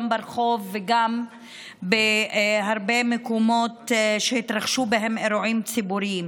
גם ברחוב וגם בהרבה מקומות שהתרחשו בהם אירועים ציבוריים.